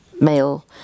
male